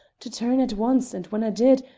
to turn at once, and when i did,